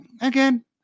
Again